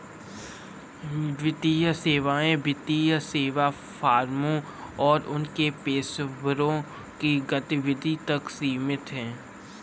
वित्तीय सेवाएं वित्तीय सेवा फर्मों और उनके पेशेवरों की गतिविधि तक सीमित हैं